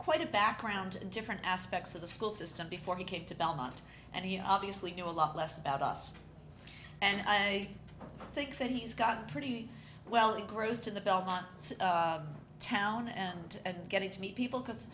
quite a background in different aspects of the school system before he came to belmont and he obviously knew a lot less about us and i think that he's got pretty well he grows to the belmont town and getting to meet people because